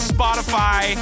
Spotify